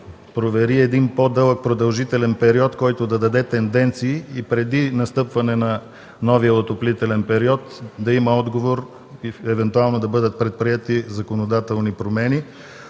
провери един по-дълъг период, който да даде тенденциите, и преди настъпването на новия отоплителен период да има отговор и евентуално да бъдат предприети законодателни промени.